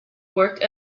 worked